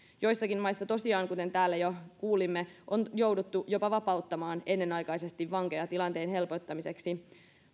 joissakin maissa kuten täällä jo kuulimme on tosiaan jouduttu jopa vapauttamaan ennenaikaisesti vankeja tilanteen helpottamiseksi